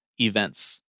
events